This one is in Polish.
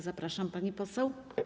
Zapraszam, pani poseł.